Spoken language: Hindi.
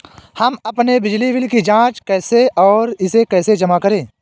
हम अपने बिजली बिल की जाँच कैसे और इसे कैसे जमा करें?